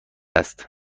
است